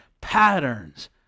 patterns